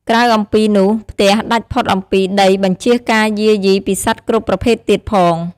ក្រៅអំពីនោះ ផ្ទះដាច់ផុតអំពីដីបញ្ចៀសការយារយីពីសត្វគ្រប់ប្រភេទទៀតផង។